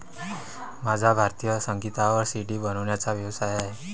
माझा भारतीय संगीतावर सी.डी बनवण्याचा व्यवसाय आहे